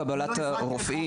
לצד קבלת הרופאים,